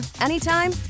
anytime